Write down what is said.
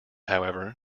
however